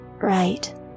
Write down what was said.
Right